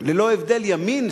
ללא הבדל ימין,